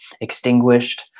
extinguished